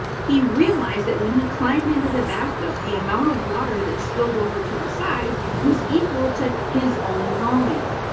he realized that when he climbed into the bathtub the amount of water that spilled over to the side was equal to his own volume.